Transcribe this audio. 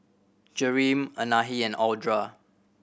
Jereme Anahi and Audra